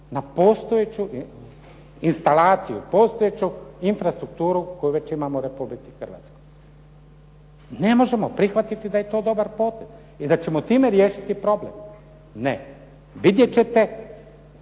na postojeću instalaciju, postojeću infrastrukturu koju već imamo u Republici Hrvatskoj. Ne možemo prihvatiti da je to dobar potez i da ćemo time riješiti problem. Ne. Vidjeti ćete